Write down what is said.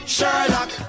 Sherlock